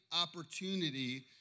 opportunity